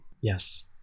yes